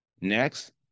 Next